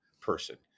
person